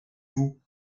vous